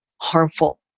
harmful